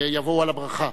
ויבואו על הברכה.